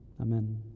amen